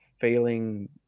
failing